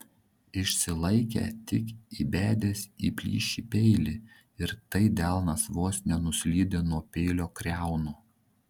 išsilaikė tik įbedęs į plyšį peilį ir tai delnas vos nenuslydo nuo peilio kriaunų